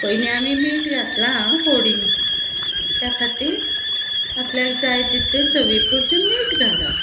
पयली आमी मीठ घातलां आं फोडीत त्या खातीर आपल्याक जाय तितलें चवी पुरतें मीठ घालप